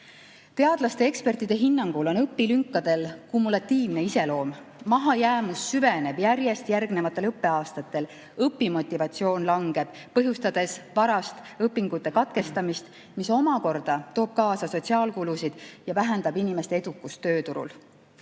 Teadlaste ja ekspertide hinnangul on õpilünkadel kumulatiivne iseloom. Mahajäämus süveneb järjest järgnevatel õppeaastatel. Õpimotivatsioon langeb, põhjustades varast õpingute katkestamist, mis omakorda toob kaasa sotsiaalkulusid ja vähendab inimeste edukust tööturul.